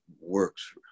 works